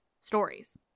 stories